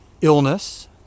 illness